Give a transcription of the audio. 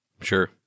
Sure